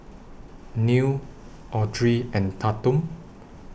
Neal Audry and Tatum